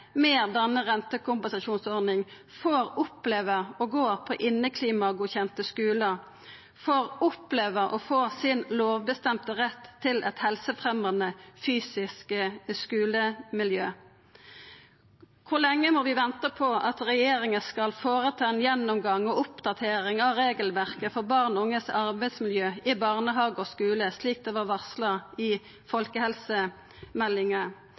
med denne rentekompensasjonsordninga får oppleva å gå på inneklimagodkjente skular, får oppleva å få sin lovbestemte rett til eit helsefremjande fysisk skulemiljø? Kor lenge må vi venta på at regjeringa skal gjera ein gjennomgang og oppdatering av regelverket for barn og unge sitt arbeidsmiljø i barnehage og skule, slik det var varsla i folkehelsemeldinga?